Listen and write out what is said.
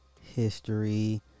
history